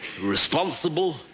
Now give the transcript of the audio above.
responsible